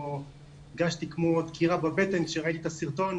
הרגשתי כמו דקירה בבטן כשראיתי את הסרטון,